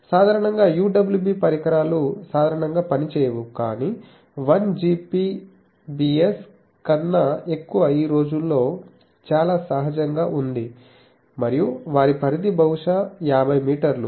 సాధారణంగా UWB పరికరాలు సాధారణంగా పనిచేయవు కానీ 1Gbps కన్నా ఎక్కువ ఈ రోజుల్లో చాలా సహజంగా ఉంది మరియు వారి పరిధి బహుశా 50 మీటర్లు